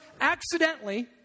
accidentally